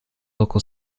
local